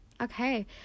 okay